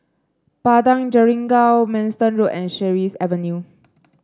Padang Jeringau Manston Road and Sheares Avenue